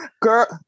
girl